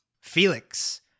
Felix